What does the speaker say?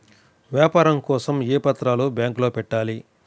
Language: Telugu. వ్యాపారం కోసం ఏ పత్రాలు బ్యాంక్లో పెట్టాలి?